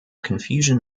confusion